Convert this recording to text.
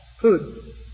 Food